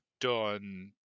done